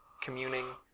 communing